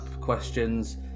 questions